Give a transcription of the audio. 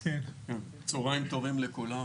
צוהריים טובים לכולם,